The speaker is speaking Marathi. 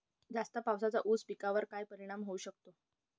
जास्त पावसाचा ऊस पिकावर काय परिणाम होऊ शकतो?